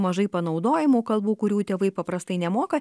mažai panaudojimų kalbų kurių tėvai paprastai nemoka